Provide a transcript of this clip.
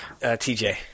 TJ